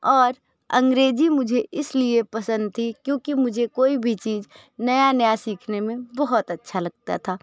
और अंग्रेजी मुझे इसलिए पसंद थी क्योंकि मुझे कोई भी चीज नया नया सीखने में बहुत अच्छा लगता था